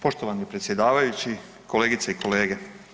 Poštovani predsjedavajući, kolegice i kolege.